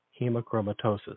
hemochromatosis